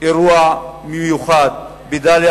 אירוע מיוחד בדאליה,